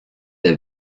der